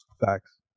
Facts